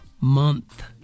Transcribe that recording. month